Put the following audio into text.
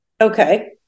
Okay